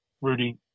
Rudy